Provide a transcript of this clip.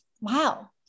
wow